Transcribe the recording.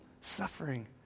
suffering